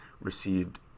received